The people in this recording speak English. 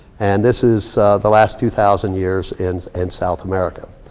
and this is the last two thousand years in and south america.